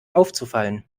aufzufallen